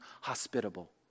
hospitable